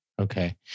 Okay